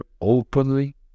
openly